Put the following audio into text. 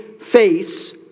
face